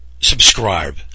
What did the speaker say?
subscribe